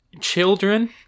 children